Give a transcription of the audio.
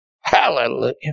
Hallelujah